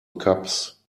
cups